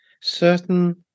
certain